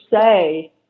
say